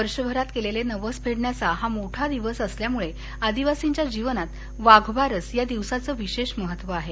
वर्षभरात केलेले नवस फेडण्याचा हा मोठा दिवस असल्यामळे आदिवासींच्या जीवनात वाघबारस या दिवसाचे विशेष महत्व आहे